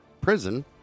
prison